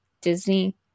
Disney